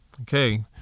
okay